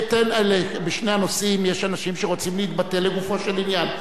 בשני הנושאים יש אנשים שרוצים להתבטא לגופו של עניין.